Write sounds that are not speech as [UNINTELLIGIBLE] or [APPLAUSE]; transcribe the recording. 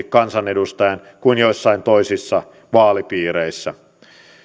[UNINTELLIGIBLE] kansanedustajan kuin joissain toisissa vaalipiireissä